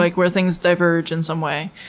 like where things diverge in some way.